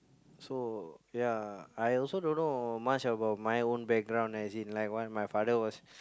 so ya I also don't know much about my own background as in like what my father was